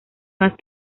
más